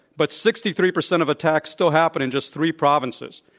but sixty three percent of attacks still happen in just three provinces.